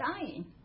dying